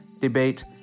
debate